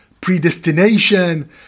predestination